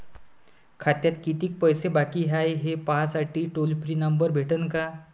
खात्यात कितीकं पैसे बाकी हाय, हे पाहासाठी टोल फ्री नंबर भेटन का?